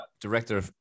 director